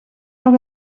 nog